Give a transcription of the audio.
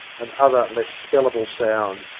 and other less spellable sounds,